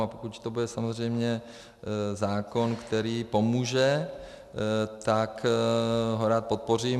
A pokud to bude samozřejmě zákon, který pomůže, tak ho rád podpořím.